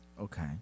Okay